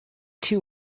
two